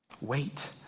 Wait